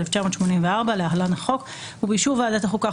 התשמ"ד-1984 (להלן החוק) ובאישור ועדת החוקה,